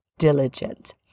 Diligent